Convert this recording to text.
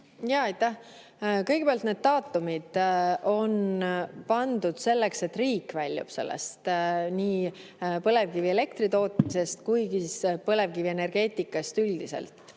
Kõigepealt, need daatumid on pandud selleks, et riik väljub nii põlevkivielektri tootmisest kui ka põlevkivienergeetikast üldiselt.